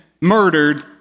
murdered